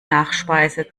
nachspeise